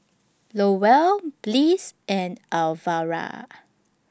Lowell Bliss and Alvera